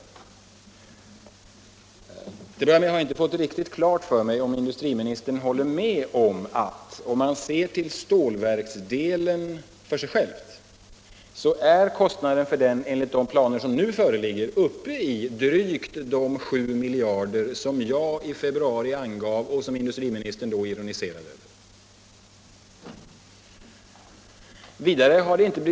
Till att börja med har jag inte fått riktigt klart för mig huruvida industriministern håller med om att om man ser på stålverksdelen för sig själv är kostnaderna för den enligt de planer som nu föreligger uppe i drygt de 7 miljarder som jag i februari angav och som industriministern då ironiserade över.